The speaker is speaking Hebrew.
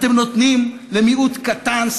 אתם נותנים למיעוט קטן,